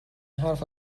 حرف